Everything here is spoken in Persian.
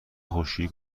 خشکشویی